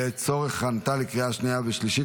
לצורך הכנתה לקריאה שנייה ושלישית.